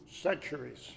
centuries